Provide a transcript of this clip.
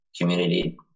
community